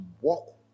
walk